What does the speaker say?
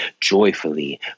joyfully